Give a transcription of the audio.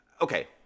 okay